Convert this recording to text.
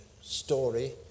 story